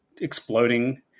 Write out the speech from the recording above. exploding